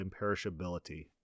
imperishability